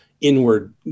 inward